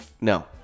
No